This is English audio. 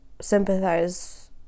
sympathize